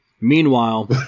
meanwhile